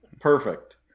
perfect